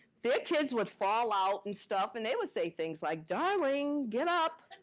their kids would fall out and stuff and they would say things like, darling, get up.